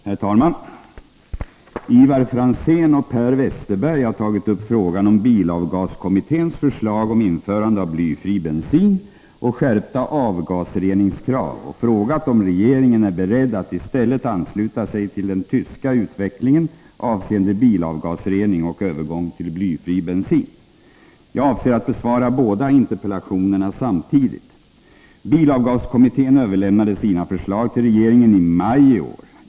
Herr talman! Ivar Franzén och Per Westerberg har tagit upp frågan om bilavgaskommitténs förslag om införande av blyfri bensin och skärpta avgasreningskrav och frågat om regeringen är beredd att i stället ansluta sig till den tyska utvecklingen avseende bilavgasrening och övergång till blyfri bensin. Jag avser att besvara båda interpellationerna samtidigt. Bilavgaskommittén överlämnade sina förslag till regeringen i maj i år.